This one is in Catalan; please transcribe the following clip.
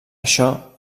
això